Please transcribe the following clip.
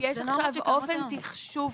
אבל יש עכשיו אופן חישוב